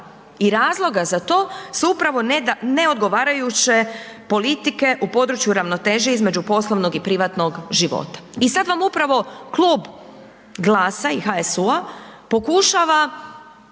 i razloga za to su upravo neodgovarajuće politike u području ravnoteže između poslovnog i privatnog života. I sad vam upravo Klub GLAS-a i HSU-a pokušava